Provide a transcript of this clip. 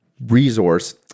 resource